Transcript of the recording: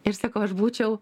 ir sakau aš būčiau